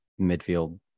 Midfield